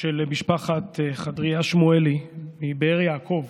של משפחת חדריה שמואלי מבאר יעקב,